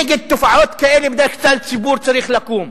נגד תופעות כאלה בדרך כלל הציבור צריך לקום.